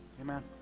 Amen